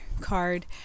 card